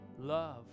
love